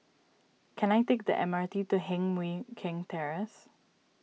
can I take the M R T to Heng Mui Keng Terrace